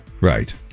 Right